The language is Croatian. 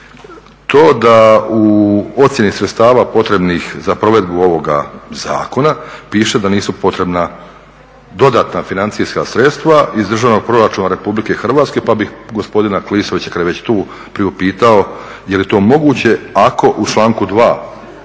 to da u ocjeni sredstava potrebnih za provedbu ovoga zakona piše da nisu potrebna dodatna financijska sredstva iz državnog proračuna Republike Hrvatske, pa bih gospodina Klisovića kad je već tu priupitao je li to moguće, ako u članku 2.